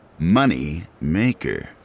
Moneymaker